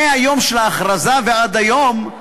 מהיום של ההכרזה ועד היום,